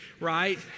right